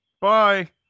Bye